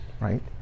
right